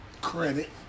credit